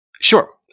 Sure